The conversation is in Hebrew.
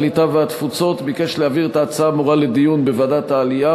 הקליטה והתפוצות ביקש להעביר את ההצעה האמורה לדיון בוועדת העלייה,